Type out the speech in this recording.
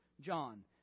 John